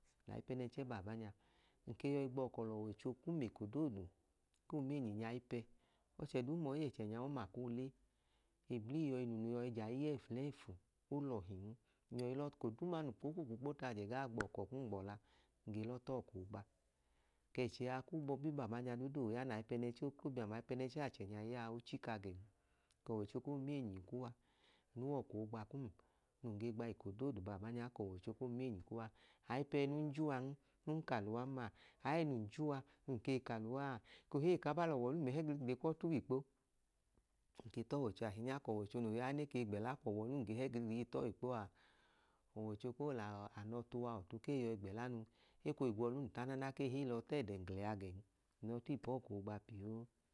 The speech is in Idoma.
Lai pẹnẹnchẹ baabanya nke yọi gbọọkọ l'ọwọicho kum ekodoodu koo menyiny'aipẹ ọchẹduu mai ẹchẹ nya oma koo le, eblii yọi nunu yọi jayi y'efulefu olọhin n'yọi lọ eko duu ma nun kw'okukuu kpota ajẹ gaa gbọkọ kun gbọla nge lọ tọọkọ ogba kẹchẹ a ku bọbi baabanya dudu ooya naipẹnẹnchẹ okobia mlayi pẹnẹnchẹ achẹnyai yaa ochika gen tọọ ọwọicho koo menyinyi kuwa anu w'ọkọ ogba kum nun ge gba eko doodu baabanyaa k'ọwọicho koo menyinyi kuwa, aipẹẹ nun juwan nun ka luwan ma aẹẹnun juwa nun ke ka luwaa ekohi ei kaba lọwọ lum ei hẹ gligli ekwọọ tu wikpo. nke t'ọwọicho ainya k'ọwọicho noo ya ne ke gbẹla kw'ọwọlum ge hẹgligli ge tọọ w'ikpo a ọwọicho koo lọọ anọ tuwa ọtu kee yọi gbẹla nu eko igwọlum ta nana ke hi lọ tọdẹnglẹa gen, nlọ ti ipọọkọ ogba pio